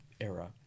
era